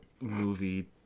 movie